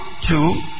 two